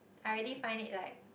I already find it like